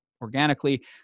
organically